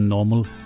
Normal